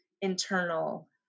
internal